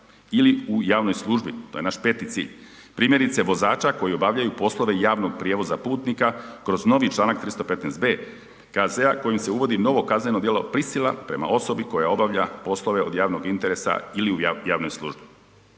ili u javnoj službi, to je naš peti cilj. Primjerice vozača koji obavljaju poslove javnog prijevoza putnika kroz novi članak 315.b KZ-a kojim se uvodi novo kazneno djelo prisila prema osobi koja obavlja poslove od javnog interesa ili u javnoj službi.